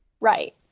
Right